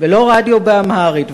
ולא רדיו באמהרית,